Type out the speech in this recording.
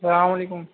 السّلام علیکم